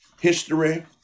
history